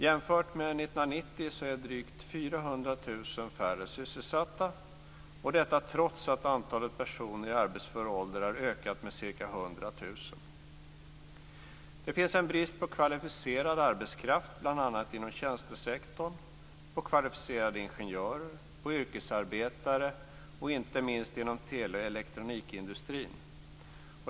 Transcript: Jämfört med år 1990 är drygt 400 000 färre sysselsatta, detta trots att antalet personer i arbetsför ålder har ökat med ca 100 000. Det finns en brist på kvalificerad arbetskraft, bl.a. inom tjänstesektorn, på kvalificerade ingenjörer, yrkesarbetare och, inte minst, inom tele och elektronikindustrin.